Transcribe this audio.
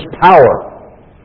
power